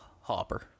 Hopper